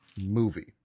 movie